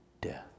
death